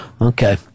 Okay